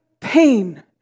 pain